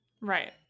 Right